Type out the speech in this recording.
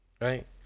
Right